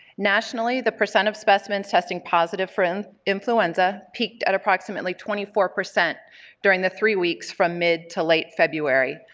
nationally the percent of specimens testing positive for and influenza peaked at approximately twenty four percent during the three weeks from mid to late february,